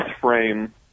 frame